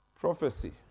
prophecy